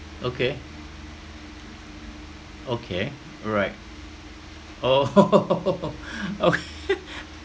okay okay alright oh okay